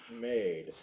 made